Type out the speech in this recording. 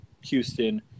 Houston